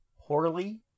poorly